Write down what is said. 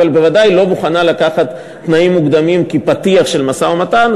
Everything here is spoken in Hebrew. אבל היא בוודאי לא מוכנה לקחת תנאים מוקדמים כפתיח למשא-ומתן.